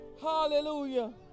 Hallelujah